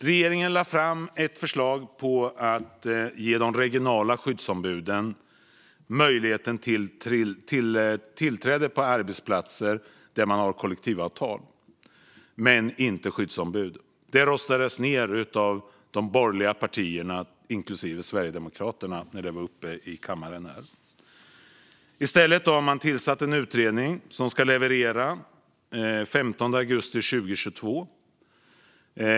Regeringen lade fram ett förslag om att ge de regionala skyddsombuden möjlighet till tillträde på arbetsplatser där man har kollektivavtal men inte skyddsombud. Det röstades ned av de borgerliga partierna, inklusive Sverigedemokraterna, när det var uppe i kammaren. I stället har man tillsatt en utredning som ska leverera den 15 augusti 2022.